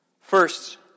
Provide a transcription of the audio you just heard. First